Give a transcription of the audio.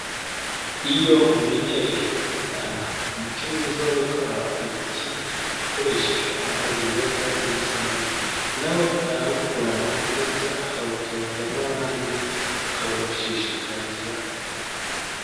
Iyo umenyereje umwana umuco mwiza wo gukaraba intoki akoresheje amazi meza n'isabune, na we arawukurana ndetse akawutoza n'abandi akawubashishikariza.